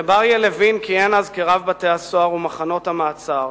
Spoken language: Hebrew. הרב אריה לוין כיהן אז כרב בתי-הסוהר ומחנות המעצר